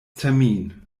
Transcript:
termin